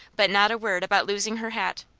but not a word about losing her hat.